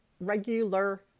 regular